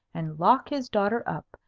and lock his daughter up,